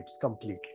completely